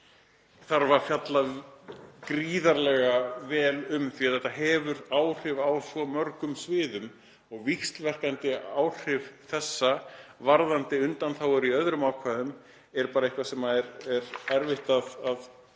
þarf að fjalla gríðarlega vel um af því að þetta hefur áhrif á svo mörgum sviðum og víxlverkandi áhrif þessa varðandi undanþágur í öðrum ákvæðum eru bara eitthvað sem er erfitt að sjá